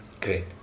Great